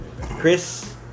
Chris